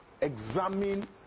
examine